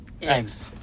Thanks